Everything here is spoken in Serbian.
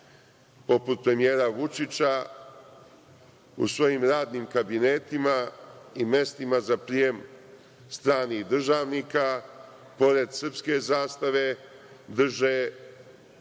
poput premijera Vučića, u svojim radnim kabinetima i mestima za prijem stranih državnika pored srpske zastave drže